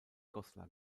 goslar